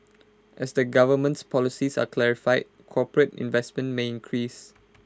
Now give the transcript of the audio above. as the government's policies are clarified corporate investment may increase